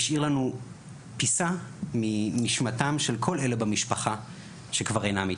השאיר לנו פיסה מנשמתם של כל אלה במשפחה שכבר אינם איתנו.